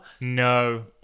No